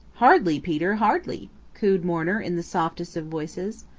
hardly, peter hardly, cooed mourner in the softest of voices.